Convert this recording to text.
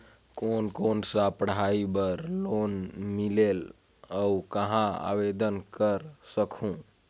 कोन कोन सा पढ़ाई बर लोन मिलेल और कहाँ आवेदन कर सकहुं?